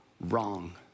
wrong